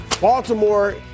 Baltimore